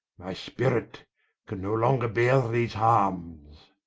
my spirit can no longer beare these harmes.